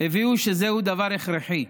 הבינו שזהו דבר הכרחי,